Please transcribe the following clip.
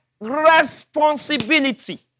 responsibility